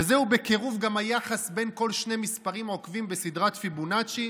וזהו בקירוב גם היחס בין כל שני מספרים עוקבים בסדרת פיבונאצ'י,